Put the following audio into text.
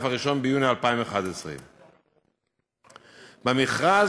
1 ביוני 2011. במכרז